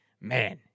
man